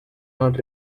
not